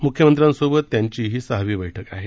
मुख्यमंत्र्यांसोबत त्यांती ही सहावी बैठक आहे